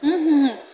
ହୁଁ ହୁଁ ହୁଁ